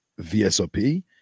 VSOP